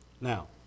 Now